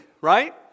right